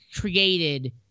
created